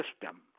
system